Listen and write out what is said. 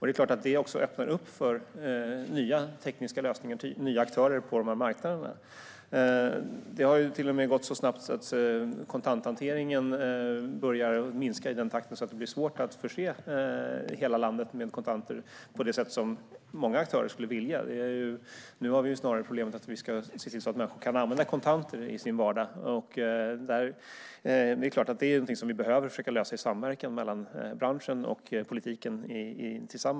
Det är klart att det också öppnar upp för nya tekniska lösningar och nya aktörer på dessa marknader. Det har till och med gått så snabbt att kontanthanteringen börjar minska i en sådan takt att det blir svårt att förse hela landet med kontanter på det sätt som många aktörer skulle vilja. Nu har vi snarare problemet att vi ska se till att människor kan använda kontanter i sin vardag. Det är klart att det är någonting som vi behöver försöka lösa i samverkan mellan branschen och politiken.